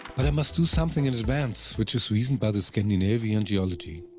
but i must do something in advance, which is reasoned by the scandinavian geology.